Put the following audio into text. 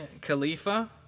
Khalifa